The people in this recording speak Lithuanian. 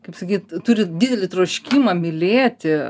kaip sakyt turi didelį troškimą mylėti